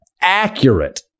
accurate